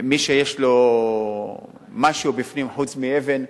מי שיש לו משהו בפנים חוץ מאבן,